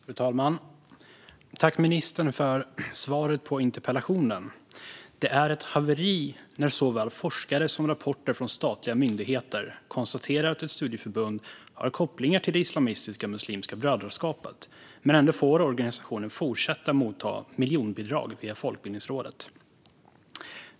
Fru talman! Jag vill tacka ministern för svaret på interpellationen. Det är ett haveri när såväl forskare som rapporter från statliga myndigheter konstaterar att ett studieförbund har kopplingar till det islamistiska Muslimska brödraskapet och organisationen ändå får fortsätta ta emot miljonbidrag via Folkbildningsrådet.